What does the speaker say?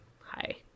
Hi